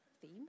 theme